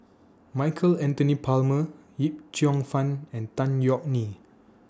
Michael Anthony Palmer Yip Cheong Fun and Tan Yeok Nee